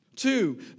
Two